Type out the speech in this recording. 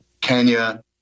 Kenya